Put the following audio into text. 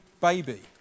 baby